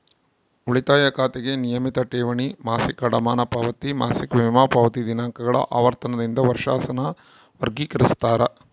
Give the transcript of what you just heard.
ಉಳಿತಾಯ ಖಾತೆಗೆ ನಿಯಮಿತ ಠೇವಣಿ, ಮಾಸಿಕ ಅಡಮಾನ ಪಾವತಿ, ಮಾಸಿಕ ವಿಮಾ ಪಾವತಿ ದಿನಾಂಕಗಳ ಆವರ್ತನದಿಂದ ವರ್ಷಾಸನ ವರ್ಗಿಕರಿಸ್ತಾರ